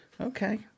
Okay